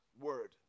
word